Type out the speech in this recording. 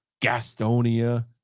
Gastonia